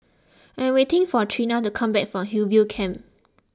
I am waiting for Trena to come back from Hillview Camp